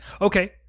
Okay